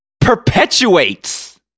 perpetuates